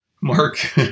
Mark